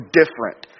different